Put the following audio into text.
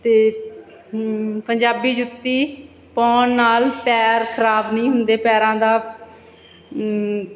ਅਤੇ ਪੰਜਾਬੀ ਜੁੱਤੀ ਪਾਉਣ ਨਾਲ ਪੈਰ ਖ਼ਰਾਬ ਨਹੀਂ ਹੁੰਦੇ ਪੈਰਾਂ ਦਾ